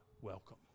welcome